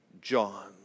John